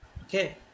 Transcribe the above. okay